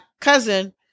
cousin